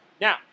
Now